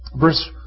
Verse